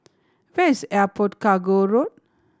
where is Airport Cargo Road